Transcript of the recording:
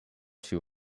too